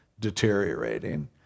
Deteriorating